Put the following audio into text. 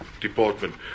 department